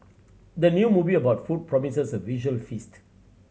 the new movie about food promises a visual feast